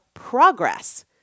progress